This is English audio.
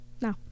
No